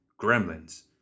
gremlins